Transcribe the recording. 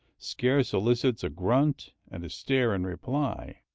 scarce elicits a grunt and a stare in reply.